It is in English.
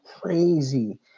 Crazy